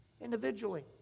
individually